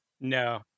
No